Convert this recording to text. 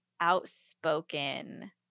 outspoken